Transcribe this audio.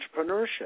entrepreneurship